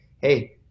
hey